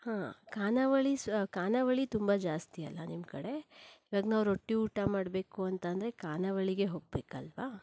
ಹಾಂ ಖಾನಾವಳಿಸ್ ಖಾನಾವಳಿ ತುಂಬ ಜಾಸ್ತಿಯಲ್ಲ ನಿಮ್ಮ ಕಡೆ ಈವಾಗ ನಾವು ರೊಟ್ಟಿ ಊಟ ಮಾಡಬೇಕು ಅಂತಂದರೆ ಖಾನಾವಳಿಗೆ ಹೋಗ್ಬೇಕಲ್ವಾ